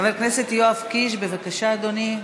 חבר הכנסת יואב קיש, בבקשה, אדוני.